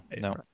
no